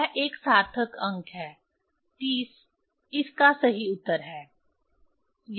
यह एक सार्थक अंक है 30 इस का सही उत्तर है